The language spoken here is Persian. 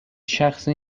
شخصی